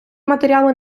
матеріали